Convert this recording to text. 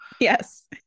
Yes